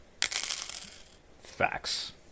Facts